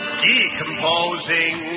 decomposing